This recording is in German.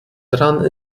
dran